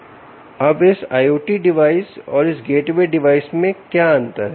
अब इस IoT device और इस gateway डिवाइस में क्या अंतर है